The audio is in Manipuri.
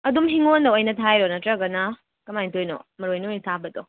ꯑꯗꯨꯝ ꯍꯤꯡꯒꯣꯟꯗ ꯑꯣꯏꯅ ꯊꯥꯏꯔꯣ ꯅꯠꯇ꯭ꯔꯒꯅ ꯀꯃꯥꯏ ꯇꯧꯔꯤꯅꯣ ꯃꯔꯣꯏ ꯅꯣꯏꯅ ꯊꯥꯕꯗꯣ